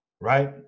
right